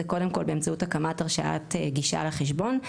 זה קודם כל הקמת הרשאת גישה לחשבון,